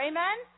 Amen